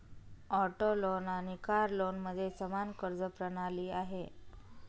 auto loan आणि car लोनमध्ये समान कर्ज प्रणाली आहे